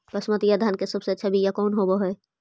बसमतिया धान के सबसे अच्छा बीया कौन हौब हैं?